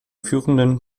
führenden